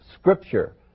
Scripture